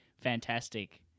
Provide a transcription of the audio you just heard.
fantastic